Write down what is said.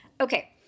Okay